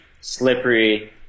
slippery